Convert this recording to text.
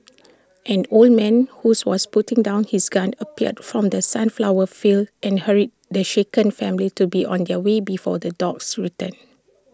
an old man who's was putting down his gun appeared from the sunflower fields and hurried the shaken family to be on their way before the dogs return